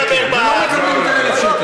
ה-1,000 שקל.